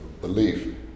belief